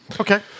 Okay